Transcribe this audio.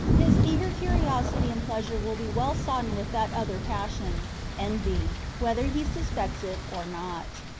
his eager curiosity and pleasure will be well-sodden with that other passion envy whether he suspects it or not.